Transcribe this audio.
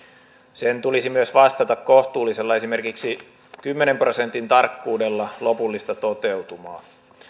sen tulisi myös vastata kohtuullisella esimerkiksi kymmenen prosentin tarkkuudella lopullista toteutumaa